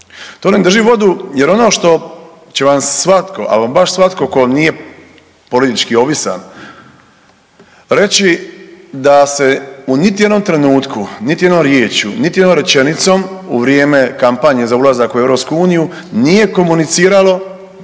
To ne drži vodu jer ono što će vam svatko, ama baš svatko tko nije politički ovisan reći da se u niti jednom trenutku, niti jednom riječju, niti jednom rečenicom u vrijeme kampanje za ulazak u EU nije komuniciralo